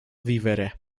vivere